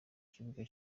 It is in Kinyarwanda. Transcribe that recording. kibuga